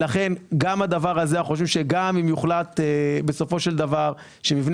אנחנו חושבים שגם אם יוחלט בסופו של דבר שמבנה